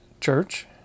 church